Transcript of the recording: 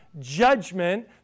judgment